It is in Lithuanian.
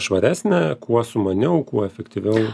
švaresnę kuo sumaniau kuo efektyviau